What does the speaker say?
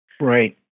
Right